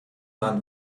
land